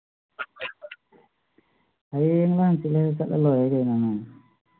ꯍꯌꯦꯡꯂ ꯍꯥꯡꯆꯤꯠꯂ ꯍꯦꯛ ꯆꯠꯂ ꯂꯣꯏꯔꯦ ꯀꯩꯅꯣꯅꯦ